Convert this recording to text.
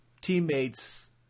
teammates